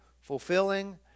fulfilling